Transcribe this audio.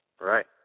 Right